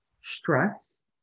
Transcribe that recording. Stress